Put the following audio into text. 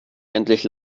endlich